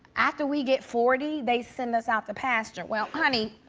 after we get forty, they send us out to pasture. well, honey.